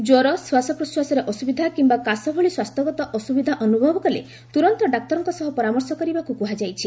ଜ୍ୱର ଶ୍ୱାସପ୍ରଶ୍ୱାସରେ ଅସୁବିଧା କିମ୍ବା କାଶ ଭଳି ସ୍ୱାସ୍ଥ୍ୟଗତ ଅସୁବିଧା ଅନୁଭବ କଲେ ତୁରନ୍ତ ଡାକ୍ତରଙ୍କ ସହ ପରାମର୍ଶ କରିବାକୁ କୁହାଯାଇଛି